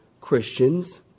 Christians